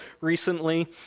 recently